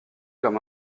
comme